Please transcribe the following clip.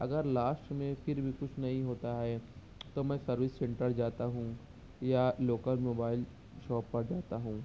اگر لاسٹ میں پھر بھی کچھ نہیں ہوتا ہے تو میں سروس سنٹر جاتا ہوں یا لوکل موبائل شاپ پر جاتا ہوں